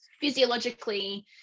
Physiologically